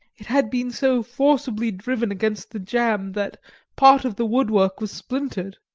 it had been so forcibly driven against the jamb that part of the woodwork was splintered.